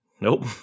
Nope